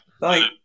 Bye